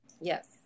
yes